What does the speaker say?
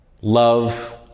Love